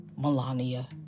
Melania